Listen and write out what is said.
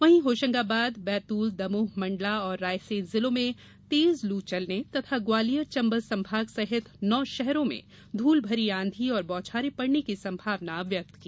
वहीं होशंगाबाद बैतूल दमोह मण्डला और रायसेन जिलों में तेज लू चलने तथा ग्वालियर चंबल संभाग सहित नौ शहरों मे धूलभरी आंधी और बौछारें पड़ने की संभावना व्यक्त की है